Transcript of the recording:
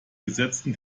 gesetzen